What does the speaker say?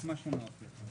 רב משה, שנייה.